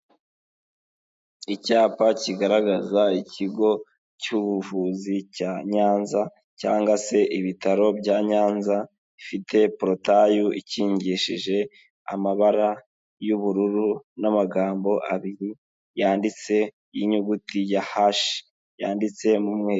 Icyapa kigaragaza ikigo cy'ubuvuzi cya Nyanza cyangwa se ibitaro bya Nyanza ifite porotayu, ikingishije amabara y'ubururu n'amagambo abiri yanditse y'inyuguti ya H, yanditse mu mweru.